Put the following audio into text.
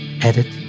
edit